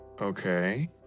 Okay